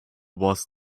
was